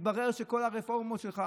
מתברר שכל הרפורמות שלך